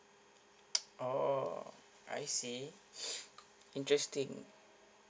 oh I see interesting